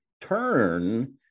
turn